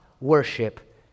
worship